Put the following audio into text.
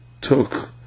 took